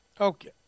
Okay